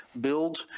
build